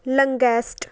longest